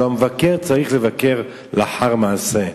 הלוא המבקר צריך לבקר לאחר מעשה.